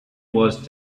was